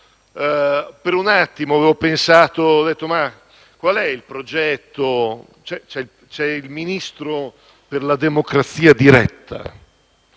Per un attimo avevo pensato: ma qual è il progetto? C'è un Ministro per la democrazia diretta,